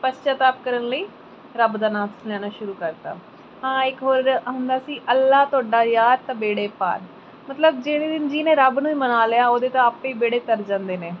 ਪਸ਼ਚਾਤਾਪ ਕਰਨ ਲਈ ਰੱਬ ਦਾ ਨਾਂ ਤੁਸੀਂ ਲੈਣਾ ਸ਼ੁਰੂ ਕਰਤਾ ਹਾਂ ਇੱਕ ਹੋਰ ਹੁੰਦਾ ਸੀ ਅੱਲ੍ਹਾ ਤੁਹਾਡਾ ਯਾਰ ਤਾਂ ਬੇੜੇ ਪਾਰ ਮਤਲਬ ਜਿਹੜੇ ਦਿਨ ਜਿਹਨੇ ਰੱਬ ਨੂੰ ਹੀ ਮਨਾ ਲਿਆ ਉਹਦੇ ਤਾਂ ਆਪੇ ਹੀ ਬੇੜੇ ਤਰ ਜਾਂਦੇ ਨੇ